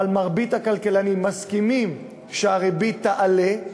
אבל מרבית הכלכלנים מסכימים שהריבית תעלה,